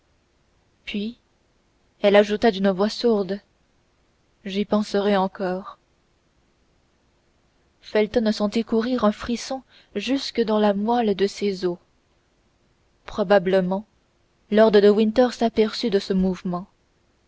puis elle ajouta d'une voix sourde j'y penserai encore felton sentit courir un frisson jusque dans la moelle de ses os probablement lord de winter aperçut ce mouvement